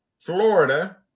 Florida